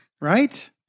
Right